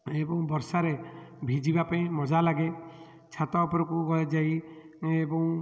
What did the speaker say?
ଏବଂ ବର୍ଷାରେ ଭିଜିବା ପାଇଁ ମଜା ଲାଗେ ଛାତ ଉପରକୁ ଗ ଯାଇ ଏବଂ